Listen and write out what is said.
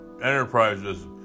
enterprises